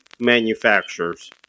manufacturers